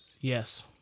Yes